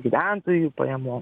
gyventojų pajamų